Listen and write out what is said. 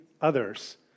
others